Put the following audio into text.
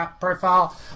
profile